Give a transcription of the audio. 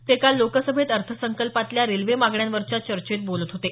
ते काल लोकसभेत अर्थसंकल्पातल्या रेल्वे मागण्यांवरच्या चर्चेत बोलत होते